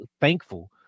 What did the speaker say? thankful